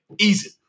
Easy